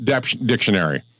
Dictionary